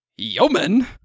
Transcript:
yeoman